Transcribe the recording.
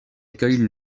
accueille